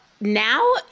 now